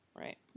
Right